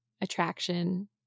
attraction